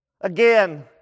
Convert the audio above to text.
Again